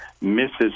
misses